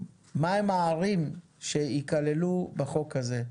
מה הן הערים שיכללו בחוק הזה?